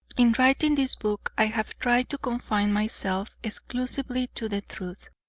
in writing this book, i have tried to confine myself exclusively to the truth.